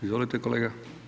Izvolite kolega.